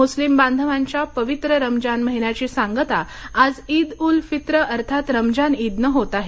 मुस्लीम बांधवांच्या पवित्र रमजान महिन्याची सांगता आज ईद उल फित्र अर्थात रमजान ईदनं होत आहे